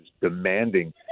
demanding